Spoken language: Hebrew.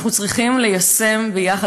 אנחנו צריכים ליישם יחד.